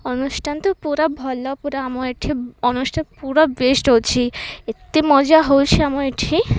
ଅନୁଷ୍ଠାନ ତ ପୁରା ଭଲ ପୁରା ଆମ ଏଇଠି ଅନୁଷ୍ଠାନ ପୁରା ବେଷ୍ଟ୍ ଅଛି ଏତେ ମଜା ହେଉଛି ଆମ ଏଇଠି